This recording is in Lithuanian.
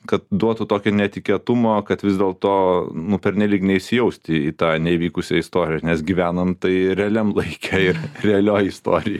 kad duotų tokio netikėtumo kad vis dėl to nu pernelyg neįsijausti į tą neįvykusią istoriją nes gyvenam tai realiam laike ir realioj istorijoj